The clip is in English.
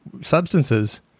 substances